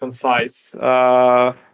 concise